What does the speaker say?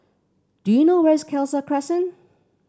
do you know where is Khalsa Crescent